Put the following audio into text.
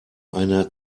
einer